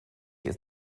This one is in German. ist